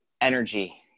energy